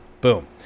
Boom